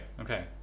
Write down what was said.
okay